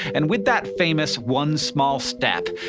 and with that famous one small step,